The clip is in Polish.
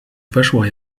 weszła